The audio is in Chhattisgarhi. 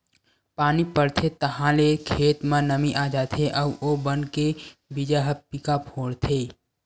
पानी परथे ताहाँले खेत म नमी आ जाथे अउ ओ बन के बीजा ह पीका फोरथे